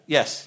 Yes